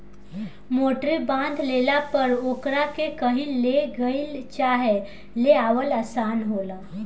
मोटरी बांध लेला पर ओकरा के कही ले गईल चाहे ले आवल आसान होला